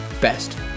best